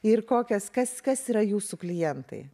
ir kokias kas kas yra jūsų klientai